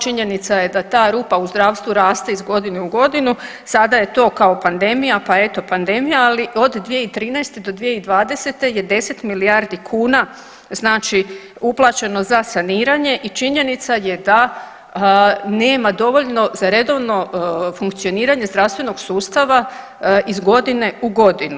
Činjenica je da ta rupa u zdravstvu raste iz godine u godinu, sada je to kao pandemija pa eto pandemija ali od 2013. do 2020. je 10 milijardi kuna znači uplaćeno za saniranje i činjenica je da nema dovoljno za redovno funkcioniranje zdravstvenog sustava iz godine u godinu.